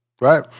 right